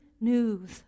news